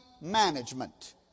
management